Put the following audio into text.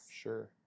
Sure